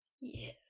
Yes